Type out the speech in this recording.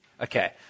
Okay